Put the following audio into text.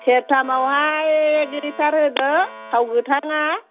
सेरथामआवहाय एक लिटार होदो थाव गोथांआ